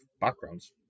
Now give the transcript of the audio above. backgrounds